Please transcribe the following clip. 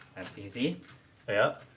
that's easy yeah?